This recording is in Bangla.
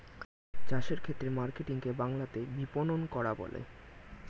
চাষের ক্ষেত্রে মার্কেটিং কে বাংলাতে বিপণন করা বলে